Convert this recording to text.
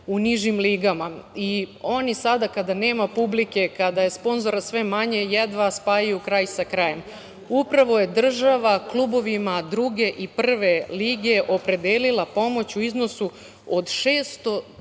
u nižim ligama. Oni sada kada nema publike, kada je sponzora sve manje, jedva spajaju kraj sa krajem. Upravo je država klubovima druge i prve lige opredelila pomoć u iznosu od 600